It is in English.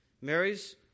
Mary's